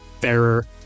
fairer